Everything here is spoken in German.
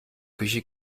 küche